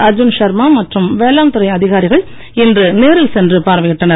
அர்ஜுன் ஷர்மா மற்றும் வேளாண்துறை அதிகாரிகள் இன்று நேரில் சென்று பார்வையிட்டனர்